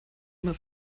immer